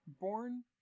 Born